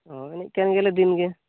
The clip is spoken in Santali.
ᱦᱳᱭ ᱮᱱᱮᱡ ᱠᱟᱱᱜᱮᱭᱟ ᱞᱮ ᱫᱤᱱ ᱜᱮ